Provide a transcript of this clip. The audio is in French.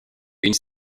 une